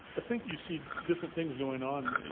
i think you see different things going on,